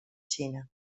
china